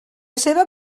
seva